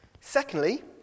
Secondly